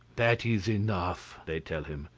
that is enough, they tell him.